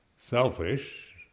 selfish